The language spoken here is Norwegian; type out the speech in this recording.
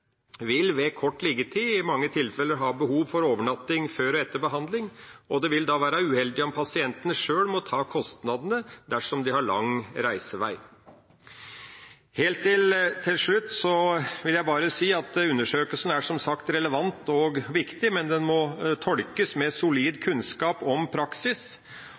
vil ved kort liggetid i mange tilfeller ha behov for overnatting før og etter behandling, og det vil da være uheldig om pasientene sjøl må ta kostnadene, dersom de har lang reisevei. Helt til slutt vil jeg bare si at undersøkelsen som sagt er relevant og viktig, men den må tolkes med solid kunnskap om praksis,